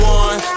one